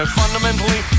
fundamentally